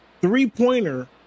three-pointer